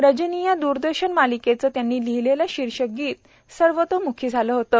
रजनी या दूरदर्शन मालिकेचं त्यांनी लिहीलेलं शीर्षकगीत सर्वतोमुखी झालं होतं